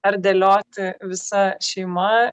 ar dėlioti visa šeima